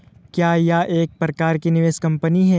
क्या यह एक प्रकार की निवेश कंपनी है?